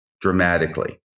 dramatically